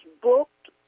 booked